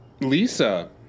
Lisa